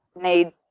need